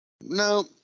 No